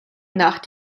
nach